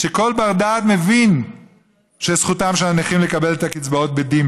כל בר-דעת מבין שזכותם של הנכים לקבל את הקצבאות בדין,